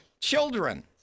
children